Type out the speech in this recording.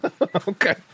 Okay